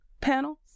panels